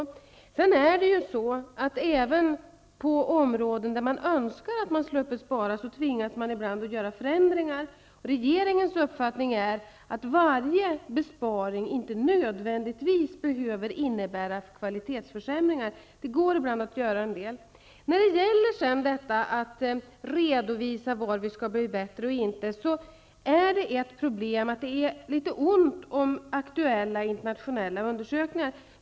Vi tvingas ibland att göra förändringar även på områden där vi önskar att vi skulle slippa att spara. Regeringens uppfattning är att varje besparing inte nödvändigtvis behöver innebära kvalitetsförsämringar. Det går ibland att göra en del ändå. När det gäller detta att redovisa var vi skall bli bättre och inte, är det ett problem att det är litet ont om aktuella internationella undersökningar.